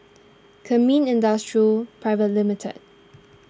Kemin Industries Private Limited